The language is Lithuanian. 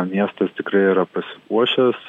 miestas tikrai yra pasipuošęs